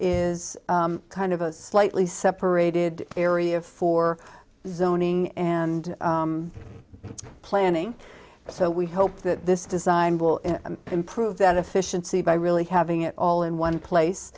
is kind of a slightly separated area for zoning and planning so we hope that this design will improve that efficiency by really having it all in one place